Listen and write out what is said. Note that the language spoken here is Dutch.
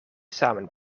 samen